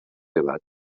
debat